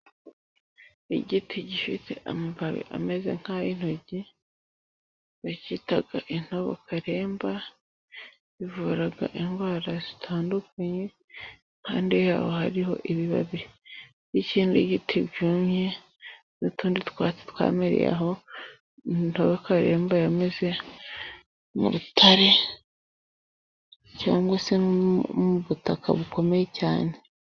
Igiti gifite amababi ameze nk'ay'intoryi bacyita intobo karemba, kivura indwara zitandukanye , impande y'aho hariho ibibabi by'ikindi giti byumye n'utundi twatsi twamereye aho. Intobo karemba yameze mu rutare cyangwa se mu butaka bukomeye cyane.